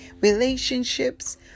relationships